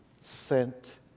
sent